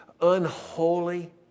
unholy